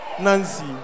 nancy